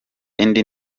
indi